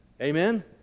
Amen